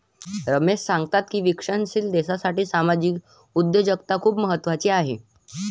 रमेश सांगतात की विकसनशील देशासाठी सामाजिक उद्योजकता खूप महत्त्वाची आहे